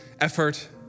effort